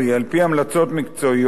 על-פי המלצות מקצועיות,